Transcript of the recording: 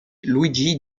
luigi